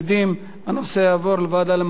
הנושא יעבור לוועדה לקידום מעמד האשה.